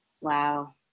Wow